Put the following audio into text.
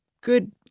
good